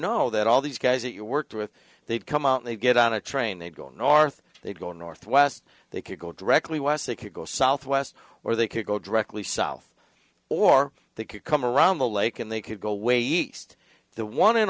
know that all these guys that you worked with they've come out they get on a train they go north they go north west they could go directly west they could go south why or they could go directly south or they could come around the lake and they could go away east the one and